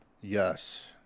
Yes